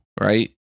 right